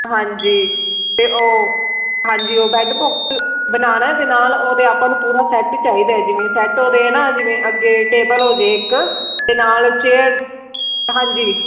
ਹਾਂਜੀ ਅਤੇ ਉਹ ਹਾਂਜੀ ਉਹ ਬੈਡ ਬੋਕਸ ਬਣਾਉਣਾ ਅਤੇ ਨਾਲ ਉਹਦੇ ਆਪਾਂ ਨੂੰ ਪੂਰਾ ਸੈਟ ਚਾਹੀਦਾ ਜਿਵੇਂ ਸੈਟ ਉਹਦੇ ਨਾ ਜਿਵੇਂ ਅੱਗੇ ਟੇਬਲ ਹੋ ਜਾਏ ਇੱਕ ਅਤੇ ਨਾਲ ਚੇਅਰ ਹਾਂਜੀ